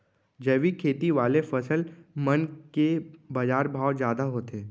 जैविक खेती वाले फसल मन के बाजार भाव जादा होथे